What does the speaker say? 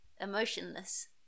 emotionless